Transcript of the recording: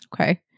Okay